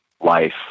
life